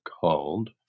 called